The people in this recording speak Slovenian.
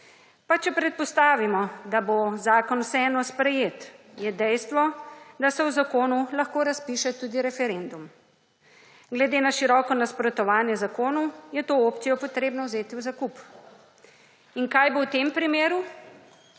Pa če predpostavimo, da bo zakon vseeno sprejet, je dejstvo, da se o zakonu lahko razpiše tudi referendum. Glede na široko nasprotovanje zakonu, je to opcijo potrebno vzeti v zakup. In kaj bo v tem primeru?